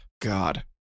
God